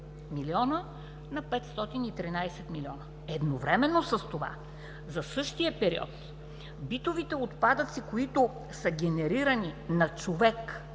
на 513 милиона. Едновременно с това за същия период битовите отпадъци, които са генерирани на човек